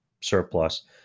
surplus